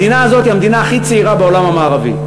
המדינה הזאת היא המדינה הכי צעירה בעולם המערבי,